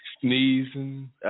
Sneezing